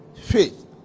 faith